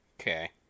Okay